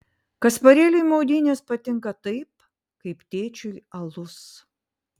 kasparėliui maudynės patinka taip kaip tėčiui alus